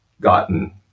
gotten